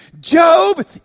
Job